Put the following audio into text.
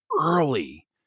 early